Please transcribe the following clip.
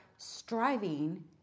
striving